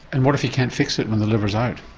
and what if you can't fix it when the liver's out?